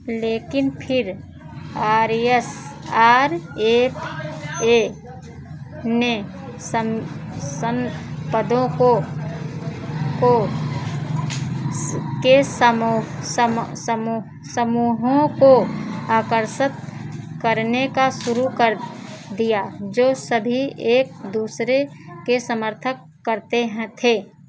लेकिन फिर R S R A A ने सम्पदो को को के समूहों को आकर्षक करने का शुरू कर दिया जो सभी एक दूसरे के समर्थक करते हैं थे